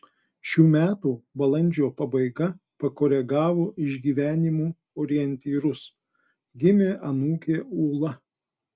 šių metų balandžio pabaiga pakoregavo išgyvenimų orientyrus gimė anūkė ūla